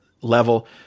level